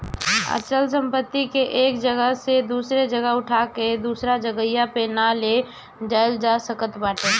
अचल संपत्ति के एक जगह से उठा के दूसरा जगही पे ना ले जाईल जा सकत बाटे